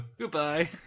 goodbye